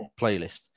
playlist